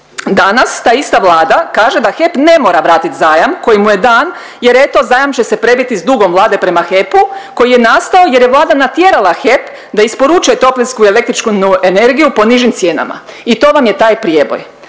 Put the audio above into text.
Danas ta ista Vlada kaže da HEP ne mora vratit zajam koji mu je dan jer eto zajam će se prebiti s dugom Vlade prema HEP-u koji je nastao jer je Vlada natjerala HEP da isporučuje toplinsku električnu energiju po nižim cijenama i to vam je taj prijeboj.